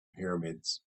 pyramids